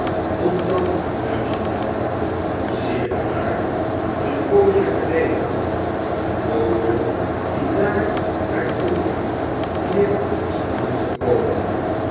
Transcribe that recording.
omdat hernam john zeer bedaard f en pooqe gdeden een doode die daar naar toe ging hier is aangekomen